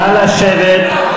נא לשבת.